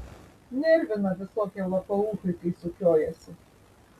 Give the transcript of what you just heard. nervina visokie lapauchai kai sukiojasi